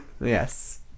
Yes